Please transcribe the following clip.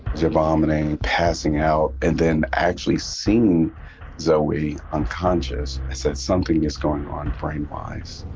the vomiting, passing out and then actually seeing zoe unconscious i said something is going on brainwise.